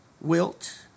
wilt